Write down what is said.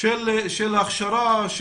של הכשרה,